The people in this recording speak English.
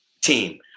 team